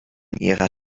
ihrer